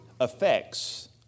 affects